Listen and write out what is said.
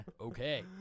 Okay